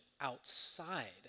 outside